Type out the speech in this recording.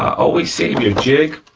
always save your jig,